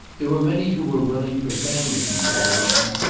there were many who were willing, for family considerations,